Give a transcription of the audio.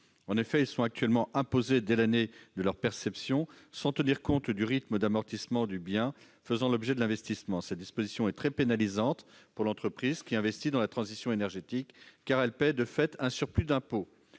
Ces derniers sont actuellement imposés dès l'année de leur perception, sans tenir compte du rythme d'amortissement du bien faisant l'objet de l'investissement. Cette disposition est très pénalisante pour l'entreprise qui investit dans la transition énergétique : elle paie, de fait, un surplus d'impôt.